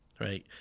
right